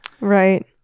right